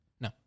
No